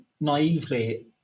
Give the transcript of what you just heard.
naively